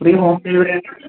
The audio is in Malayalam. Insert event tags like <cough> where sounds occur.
free home delivery <unintelligible>